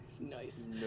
Nice